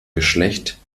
geschlecht